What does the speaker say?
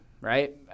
right